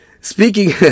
speaking